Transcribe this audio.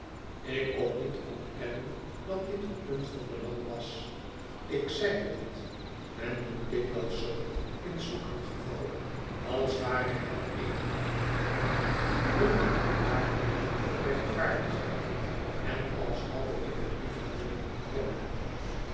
ik kon niet ontkennen dat dit een punt van belang was ik zeide dit men doet dikwijls zoo in zulk een geval als ware het eene afgedwongene hulde aan waarheid en rechtvaardigheid en als hadde ik het liever willen ontkennen